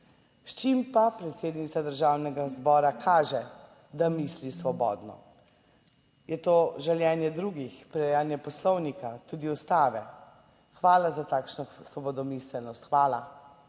S čim pa predsednica Državnega zbora kaže, da misli svobodno? Je to žaljenje drugih, prirejanje(?) Poslovnika, tudi Ustave? Hvala za takšno svobodomiselnost! Hvala.